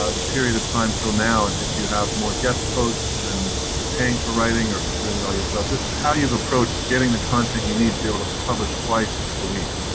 ah the period of time til now, and if you have more guest posts, and if you're paying for writing or if you're doing it all yourself, just how you've approached getting the content you need to be able to publish twice a week.